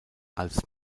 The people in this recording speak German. als